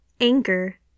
anger